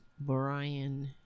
Brian